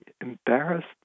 embarrassed